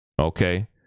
okay